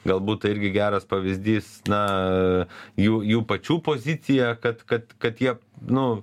galbūt tai irgi geras pavyzdys na jų jų pačių pozicija kad kad kad jie nu